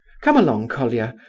come along, colia,